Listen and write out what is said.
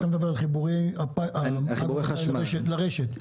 מדבר על חיבורי האגרו-וולטאי לרשת?